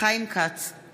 חיים כץ, בעד